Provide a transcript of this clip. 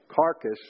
carcass